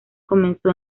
comenzó